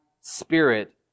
spirit